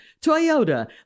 Toyota